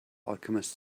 alchemist